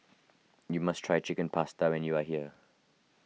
you must try Chicken Pasta when you are here